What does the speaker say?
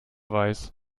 weiß